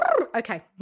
okay